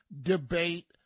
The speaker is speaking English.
debate